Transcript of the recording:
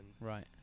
right